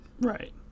right